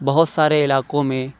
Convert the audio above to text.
بہت سارے علاقوں میں